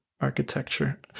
architecture